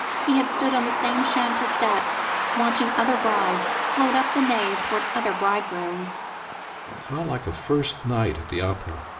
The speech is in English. he had stood on the same chancel step watching other brides float up the nave toward other bridegrooms how like a first night at the opera!